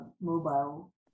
mobile